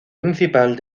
principal